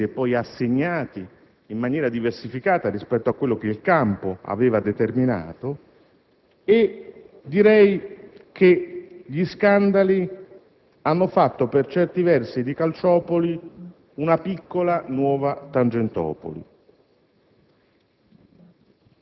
ripetutamente contesi e poi assegnati in maniera diversa rispetto a quanto il campo aveva determinato; gli scandali hanno fatto per certi versi di Calciopoli una piccola nuova Tangentopoli.